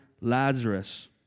Lazarus